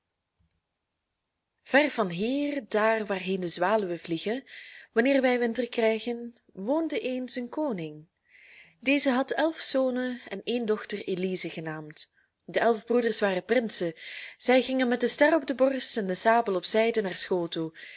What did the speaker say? ver van hier daar waarheen de zwaluwen vliegen wanneer wij winter krijgen woonde eens een koning deze had elf zonen en één dochter elize genaamd de elf broeders waren prinsen zij gingen met de ster op de borst en de sabel op zijde naar school toe